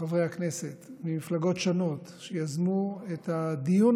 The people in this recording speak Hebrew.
לחברי הכנסת ממפלגות שונות שיזמו את הדיון